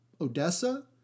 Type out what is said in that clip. Odessa